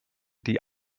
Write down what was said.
die